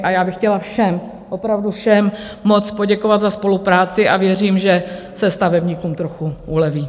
A já bych chtěla všem, opravdu všem moc poděkovat za spolupráci a věřím, že se stavebníkům trochu uleví.